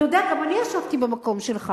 אתה יודע, גם אני ישבתי במקום שלך.